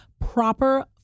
proper